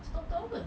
scott itu apa